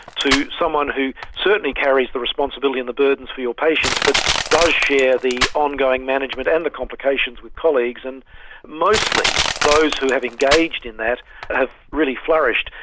to someone who certainly carries the responsibility and the burdens for your patients but does share the ongoing management and the complications with colleagues, and mostly those who have engaged in that have really flourished.